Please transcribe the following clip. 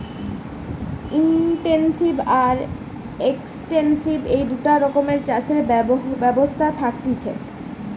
intensive আর extensive এই দুটা রকমের চাষের ব্যবস্থা থাকতিছে